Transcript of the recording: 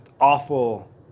awful